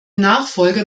nachfolger